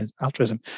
altruism